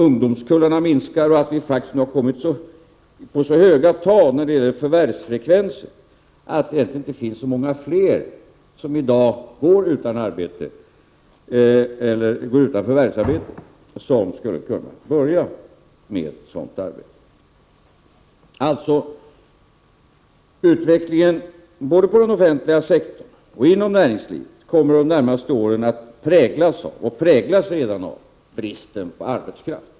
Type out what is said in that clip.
Ungdomskullarna minskar, och vi har nu faktiskt kommit upp i så höga tal beträffande förvärvsfrekvens att det egentligen inte finns så många fler utan förvärvsarbete som skulle kunna börja med sådant arbete. Utvecklingen både på den offentliga sektorn och inom näringslivet kommer alltså under de närmaste åren att präglas av — och präglas redan av — bristen på arbetskraft.